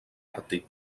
àrtic